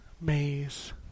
Maze